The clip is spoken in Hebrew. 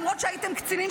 למרות שהייתם קצינים,